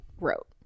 wrote